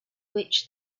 which